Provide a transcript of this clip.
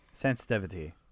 Sensitivity